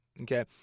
Okay